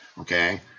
Okay